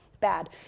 bad